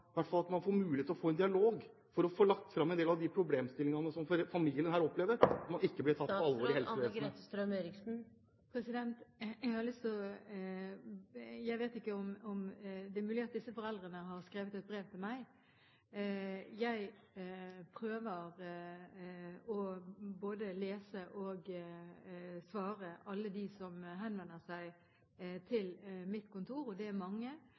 hvert fall se på muligheten til å få en dialog, for å få lagt fram en del av de problemstillingene som familien her opplever, når man ikke blir tatt på alvor i helsevesenet? Jeg vet ikke, men det er mulig at disse foreldrene har skrevet et brev til meg. Jeg prøver både å lese slike og å svare alle dem som henvender seg til mitt kontor, og det er mange.